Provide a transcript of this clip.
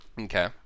Okay